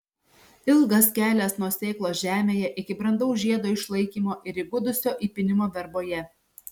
ilgas kelias nuo sėklos žemėje iki brandaus žiedo išlaikymo ir įgudusio įpynimo verboje